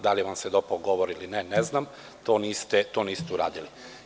Da li vam se dopao govor ili ne, to ne znam, to vi niste uradili.